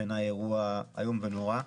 בעיניי אירוע איום ונורא.